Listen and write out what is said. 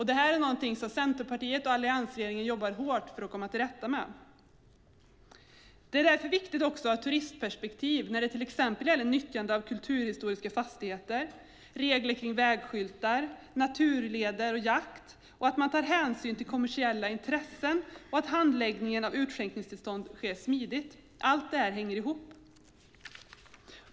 Detta är något som Centerpartiet och alliansregeringen jobbar hårt för att komma till rätta med. Det är därför viktigt att också ha ett turistperspektiv när det gäller till exempel nyttjande av kulturhistoriska fastigheter, regler kring vägskyltar, naturleder och jakt, liksom att man tar hänsyn till kommersiella intressen och att handläggning av utskänkningstillstånd sker smidigt. Allt detta hänger ihop.